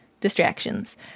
distractions